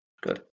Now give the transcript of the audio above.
Good